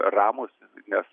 ramūs nes